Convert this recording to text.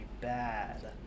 bad